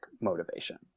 motivation